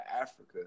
Africa